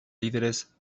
líderes